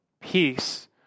peace